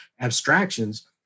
abstractions